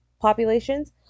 populations